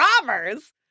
robbers